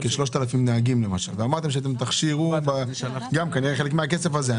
כ-3,000 נהגים ואמרתם שתכשירו נהגים גם כנראה בחלק מן הכסף הזה.